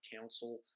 Council